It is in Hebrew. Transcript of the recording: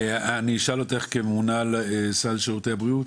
אשאל אותך כממונה על סל שירותי הבריאות,